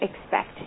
expect